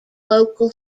local